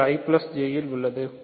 இது I plus J இல் உள்ளது